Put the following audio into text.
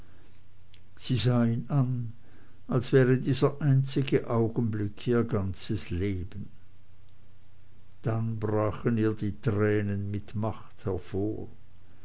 sie sah ihn an als wäre dieser einzige augenblick ihr ganzes leben dann brachen ihr die tränen mit macht hervor